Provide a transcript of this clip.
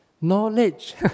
Knowledge